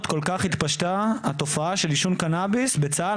כל כך התפשטה התופעה של עישון קנאביס בצה"ל?